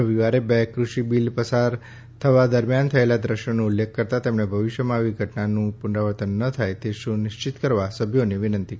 રવિવારે બે કૃષિ બિલ પસાર થવા દરમિયાન થયેલા દ્રશ્યનો ઉલ્લેખ કરતાં તેમણે ભવિષ્યમાં આવી ઘટનાનું પુનરાવર્તન ન થાય તે સુનિશ્ચિત કરવા સભ્યોને વિનંતી કરી